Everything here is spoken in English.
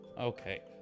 Okay